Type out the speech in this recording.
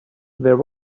there